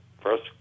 first